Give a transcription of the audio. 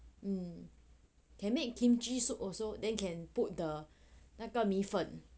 mm you make kimchi soup also then you can put the 那个米粉